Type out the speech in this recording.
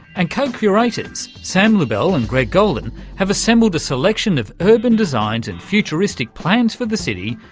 and co-curators sam lubell and greg goldin have assembled a selection of urban designs and futuristic plans for the city